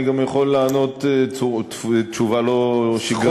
אני גם יכול לענות תשובה לא שגרתית.